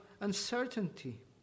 uncertainty